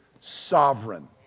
sovereign